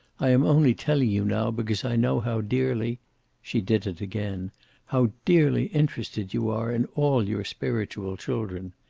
i am only telling you now because i know how dearly she did it again how dearly interested you are in all your spiritual children.